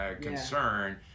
concern